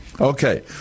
Okay